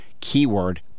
keyword